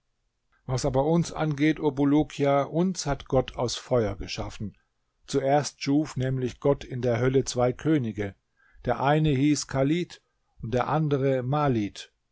was aber uns angeht o bulukia uns hat gott aus feuer geschaffen zuerst schuf nämlich gott in der hölle zwei könige der eine hieß chalit und der andere malit